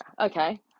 Okay